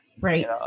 Right